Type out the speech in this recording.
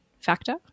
factor